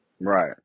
Right